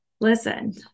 Listen